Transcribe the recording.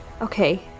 okay